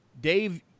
Dave